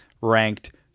ranked